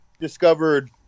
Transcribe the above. discovered